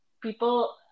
people